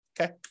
Okay